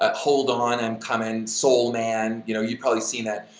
ah hold on and come in, soul man, you know, you've probably seen that.